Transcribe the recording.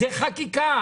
זה חקיקה.